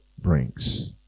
brings